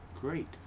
great